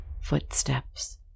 Footsteps